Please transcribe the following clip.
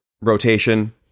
rotation